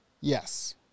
Yes